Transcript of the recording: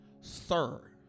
sir